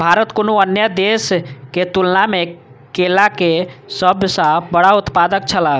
भारत कुनू अन्य देश के तुलना में केला के सब सॉ बड़ा उत्पादक छला